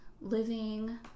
living